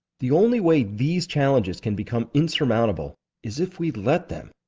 the only way these challenges can become insurmountable is if we let them,